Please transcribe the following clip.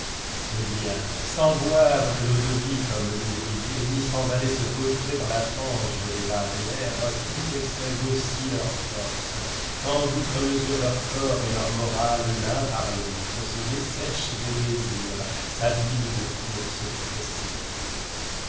eh bien sans boire de l'eau-de-vie comme l'ouvrier ni sans aller se vautrer dans la fange des barrières tous excèdent aussi leurs forces tendant outre mesure leur corps et leur moral l'un par l'autre se dessèchent de désirs s'abîment de courses précipitées